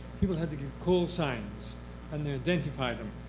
people had to do call signs and identify them.